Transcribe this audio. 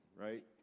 right